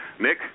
Nick